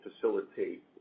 facilitate